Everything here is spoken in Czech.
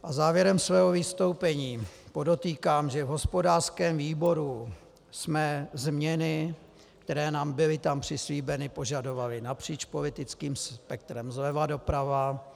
A závěrem svého vystoupení podotýkám, že v hospodářském výboru jsme změny, které nám tam byly přislíbeny, požadovali napříč politickým spektrem, zleva doprava.